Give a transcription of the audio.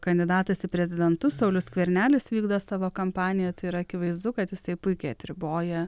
kandidatas į prezidentus saulius skvernelis vykdo savo kampaniją tai yra akivaizdu kad jisai puikiai atriboja